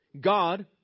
God